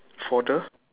for the